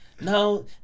now